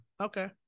Okay